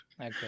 Okay